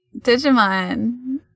Digimon